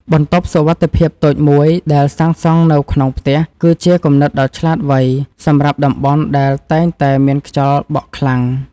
បន្ទប់សុវត្ថិភាពតូចមួយដែលសាងសង់នៅក្នុងផ្ទះ គឺជាគំនិតដ៏ឆ្លាតវៃសម្រាប់តំបន់ដែលតែងតែមានខ្យល់បក់ខ្លាំង។